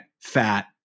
fat